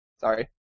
Sorry